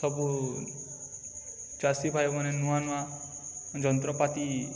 ସବୁ ଚାଷୀ ଭାଇମାନେ ନୂଆ ନୂଆ ଯନ୍ତ୍ରପାତି